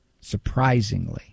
surprisingly